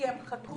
כי הם חקרו,